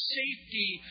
safety